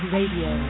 Radio